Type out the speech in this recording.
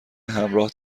همراه